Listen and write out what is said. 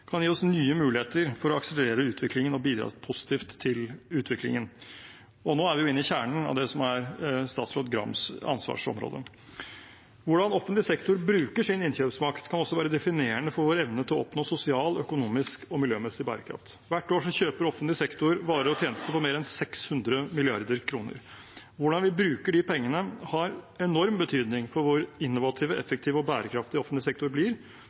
kan gi oss nye muligheter for å akselerere utviklingen og bidra positivt til den. Og nå er vi ved kjernen av det som er statsråd Grams ansvarsområde. Hvordan offentlig sektor bruker sin innkjøpsmakt, kan også være definerende for vår evne til å oppnå sosial, økonomisk og miljømessig bærekraft. Hvert år kjøper offentlig sektor varer og tjenester for mer enn 600 mrd. kr. Hvordan vi bruker de pengene, har enorm betydning for hvor innovativ, effektiv og bærekraftig offentlig sektor blir,